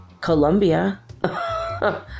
Colombia